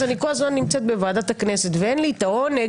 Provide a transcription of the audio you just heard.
אני כל הזמן נמצאת בוועדת הכנסת ואין לי העונג